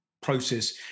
process